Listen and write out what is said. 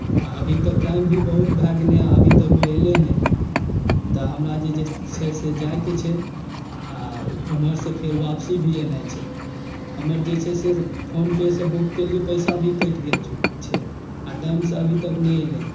आ अभी तऽ टाइम भी बहुत भए गेलै हेँ अभी तक ओ ऐलै नहि तऽ हमरा जे छै से जाइके छै आ ओम्हरसँ फेर वापसी भी ऐनाइ छै हमर जे छै से फोनपेसँ बुक केलियै पैसा भी कटि गेल छै आ टाइमसँ अभी तक नहि ऐलै